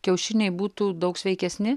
kiaušiniai būtų daug sveikesni